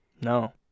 No